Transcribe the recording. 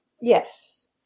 yes